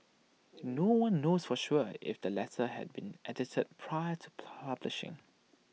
no one knows for sure if the letter had been edited prior to publishing